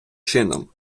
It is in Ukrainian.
чином